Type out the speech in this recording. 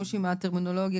שימוש בטרמינולוגיה